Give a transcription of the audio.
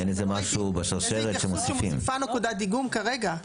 לא ראיתי איזה התייחסות שמוסיפה נקודת דיגום כרגע.